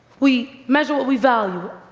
we measure what we value,